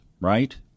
right